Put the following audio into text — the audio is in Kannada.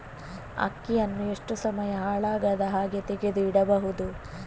ಅಕ್ಕಿಯನ್ನು ಎಷ್ಟು ಸಮಯ ಹಾಳಾಗದಹಾಗೆ ತೆಗೆದು ಇಡಬಹುದು?